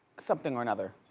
something or another.